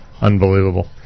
Unbelievable